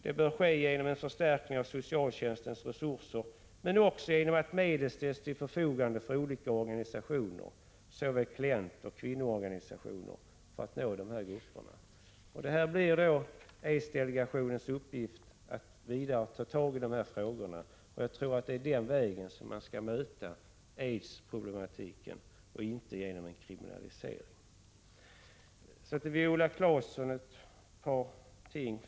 Detta kan ske genom förstärkning av socialtjänstens resurser men också genom att medel ställs till förfogande för olika organisationer — såsom klientoch kvinnoorganisationer — för att nå dessa grupper.” Det blir då aidsdelegationens uppgift att ta tag i dessa frågor. Jag tror att det är den vägen som man skall möta aidsproblematiken, och inte genom en kriminalisering. Sedan några ord till Viola Claesson.